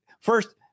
First